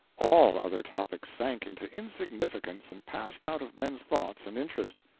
all other topics sank into insignificance and passed out of men's thoughts and interest.